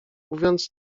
mówiąc